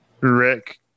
Rick